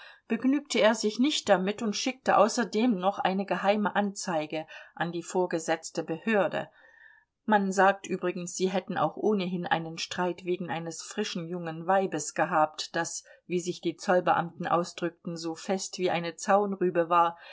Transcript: begnügte er sich nicht damit und schickte außerdem noch eine geheime anzeige an die vorgesetzte behörde man sagt übrigens sie hätten auch ohnehin einen streit wegen eines frischen jungen weibes gehabt das wie sich die zollbeamten ausdrückten so fest wie eine zaunrübe war